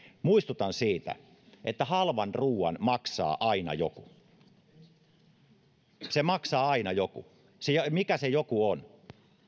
muistutan siitä että halvan ruuan maksaa aina joku sen maksaa aina joku mikä se joku on